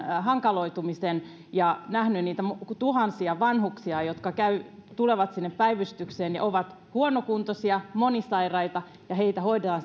hankaloitumisen ja nähnyt niitä tuhansia vanhuksia jotka tulevat sinne päivystykseen ja ovat huonokuntoisia monisairaita ja heitä hoidetaan